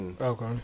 Okay